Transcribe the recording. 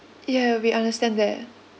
ya we understand that